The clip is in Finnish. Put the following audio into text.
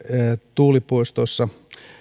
tuulipuistoissa